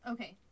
Okay